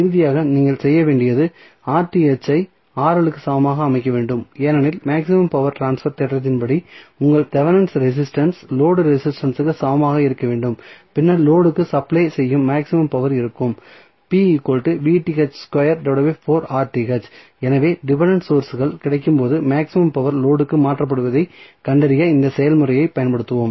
இறுதியாக நீங்கள் செய்ய வேண்டியது ஐ க்கு சமமாக அமைக்க வேண்டும் ஏனெனில் மேக்ஸிமம் பவர் ட்ரான்ஸ்பர் தேற்றத்தின் படி உங்கள் தெவெனின் ரெசிஸ்டன்ஸ் லோடு ரெசிஸ்டன்ஸ் இற்கு சமமாக இருக்க வேண்டும் பின்னர் லோடு க்கு சப்ளை செய்யும் மேக்ஸிமம் பவர் இருக்கும் எனவே டிபென்டென்ட் சோர்ஸ்கள் கிடைக்கும்போது மேக்ஸிமம் பவர் லோடு க்கு மாற்றப்படுவதைக் கண்டறிய இந்த செயல்முறையைப் பயன்படுத்துவோம்